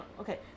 Okay